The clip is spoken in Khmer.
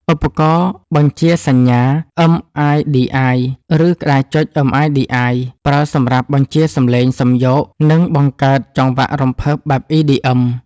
ឧបករណ៍បញ្ជាសញ្ញា MIDI ឬ ក្ដារចុច MIDI ប្រើសម្រាប់បញ្ជាសំឡេងសំយោគ និងបង្កើតចង្វាក់រំភើបបែប EDM។